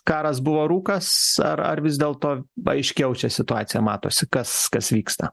karas buvo rūkas ar ar vis dėlto aiškiau čia situacija matosi kas kas vyksta